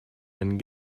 einen